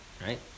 right